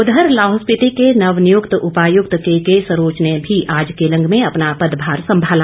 उधर लाहौल स्पीति के नवनियुक्त उपायुक्त के के सरोच ने भी आज केलंग में अपना पदभार संभाला